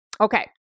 Okay